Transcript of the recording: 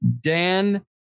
Dan